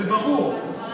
זה ברור,